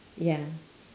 ya